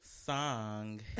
song